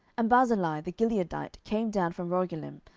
and barzillai the gileadite came down from rogelim,